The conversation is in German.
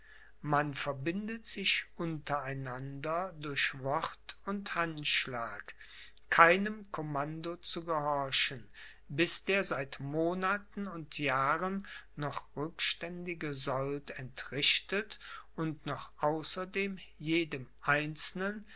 man verbindet sich unter einander durch wort und handschlag keinem commando zu gehorchen bis der seit monaten und jahren noch rückständige sold entrichtet und noch außerdem jedem einzelnen